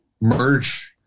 merge